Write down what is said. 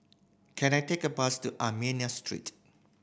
can I take a bus to Armenian Street